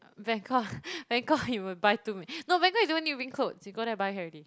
Bangkok Bangkok you will buy too many no Bangkok you don't even need to bring clothes you go there buy can already